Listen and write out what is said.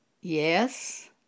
yes